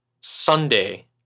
Sunday